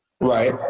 Right